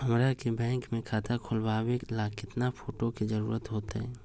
हमरा के बैंक में खाता खोलबाबे ला केतना फोटो के जरूरत होतई?